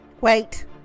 Wait